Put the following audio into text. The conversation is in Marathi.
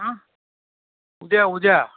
आं उद्या उद्या